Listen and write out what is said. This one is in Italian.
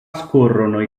scorrono